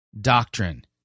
doctrine